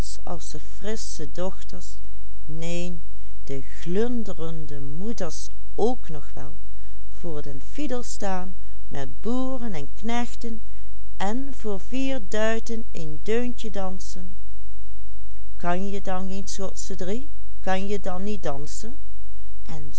de glundere moeders k nog wel voor de fiedel staan met boeren en knechten en voor vier duiten een deuntje dansen kan je dan geen schotsche drie kan je dan niet dansen